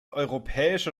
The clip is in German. europäische